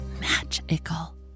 magical